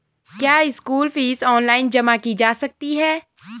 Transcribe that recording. क्या school fees online जमा की जा सकती है?